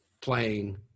playing